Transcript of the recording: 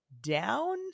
down